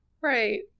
Right